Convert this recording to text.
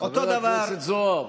חבר הכנסת זוהר,